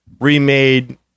remade